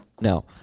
no